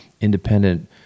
independent